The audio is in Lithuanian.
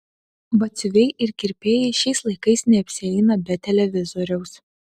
batsiuviai ir kirpėjai šiais laikais neapsieina be televizoriaus